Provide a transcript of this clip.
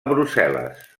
brussel·les